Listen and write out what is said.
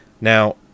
Now